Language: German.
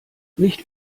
nicht